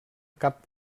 cap